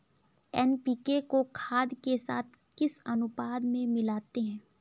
NPK को खाद के साथ किस अनुपात में मिलाते हैं?